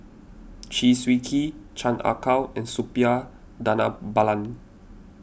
Chew Swee Kee Chan Ah Kow and Suppiah Dhanabalan